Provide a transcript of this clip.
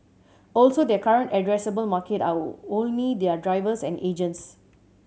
also their current addressable market are only their drivers and agents